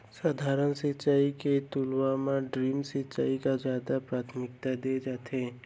सधारन सिंचाई के तुलना मा ड्रिप सिंचाई का जादा प्राथमिकता दे जाथे